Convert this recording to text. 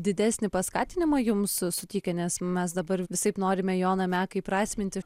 didesnį paskatinimą jums suteikė nes mes dabar visaip norime joną meką įprasminti